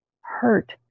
hurt